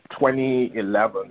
2011